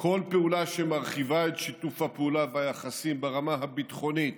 כל פעולה שמרחיבה את שיתוף הפעולה והיחסים ברמה הביטחונית,